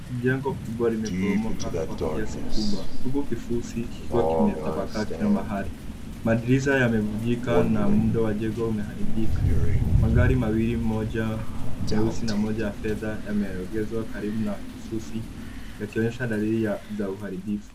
Jengo kubwa limeporomoka kwa kiasi kikubwa huku kifurushi kikiwa kimetapakaa kila mahali. Madirisha yamevunjika na muundo wa jengo umeharibika, magari mawili moja meusi na moja ya fedha yameegezwa karibu na kifurusi yakionyesha dalili za uharibifu.